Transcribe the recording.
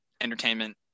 entertainment